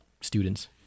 students